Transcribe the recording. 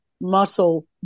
muscle